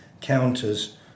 counters